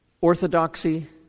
orthodoxy